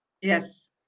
yes